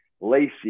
Lacey